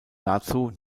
dazu